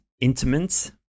intimate